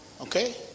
okay